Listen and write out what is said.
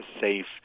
safe